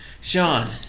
Sean